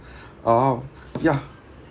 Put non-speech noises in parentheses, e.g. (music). (breath) um ya